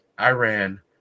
Iran